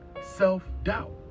self-doubt